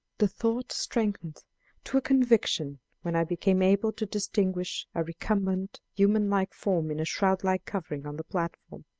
the thought strengthened to a conviction when i became able to distinguish a recumbent, human-like form in a shroud-like covering on the platform.